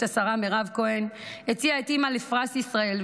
השרה מירב כהן הציע את אימא לפרס ישראל.